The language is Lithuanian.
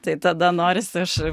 tai tada norisi aš